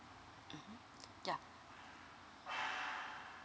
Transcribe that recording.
mm ya